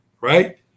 right